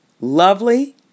lovely